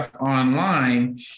online